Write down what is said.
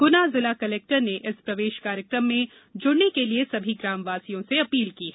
गुना जिला कलेक्टर ने इस प्रवेश कार्यक्रम में जुड़ने के लिए सभी ग्रामवासियों से अपील की है